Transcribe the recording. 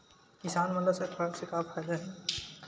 किसान मन ला सरकार से का फ़ायदा हे?